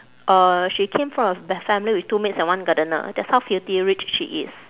uh she came from a be~ family with two maids and one gardener that's how filthy rich she is